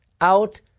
out